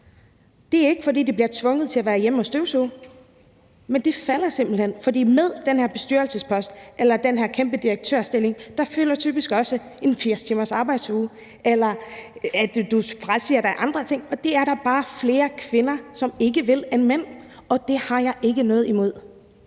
Det er ikke, fordi de bliver tvunget til at være hjemme og støvsuge, men det falder simpelt hen. For med den her bestyrelsespost eller den her kæmpe direktørstilling følger typisk også en 80-timersarbejdsuge, eller at du frasiger dig andre ting, og det er der bare flere kvinder, der ikke vil, end mænd. Og det har jeg ikke noget imod.